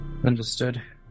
Understood